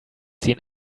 seen